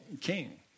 king